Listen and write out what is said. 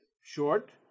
Short